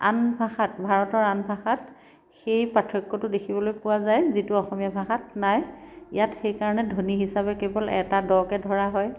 আন ভাষাত ভাৰতৰ আন ভাষাত সেই পাৰ্থক্যটো দেখিবলৈ পোৱা যায় যিটো অসমীয়া ভাষাত নাই ইয়াত সেইকাৰণে ধ্বনি হিচাপে কেৱল এটা দ কে ধৰা হয়